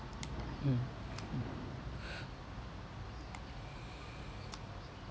mm mm